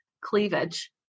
cleavage